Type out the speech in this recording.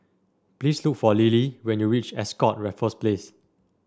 please look for Lily when you reach Ascott Raffles Place